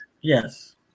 Yes